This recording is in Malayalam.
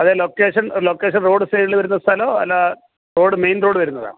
അതെ ലൊക്കേഷൻ ലൊക്കേഷൻ റോഡ് സൈഡിൽ വരുന്ന സ്ഥലമോ അല്ലെങ്കിൽ റോഡ് മെയിൻ റോഡ് വരുന്നതാണോ